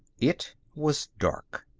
it was dark.